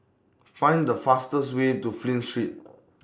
Find The fastest Way to Flint Street